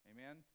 Amen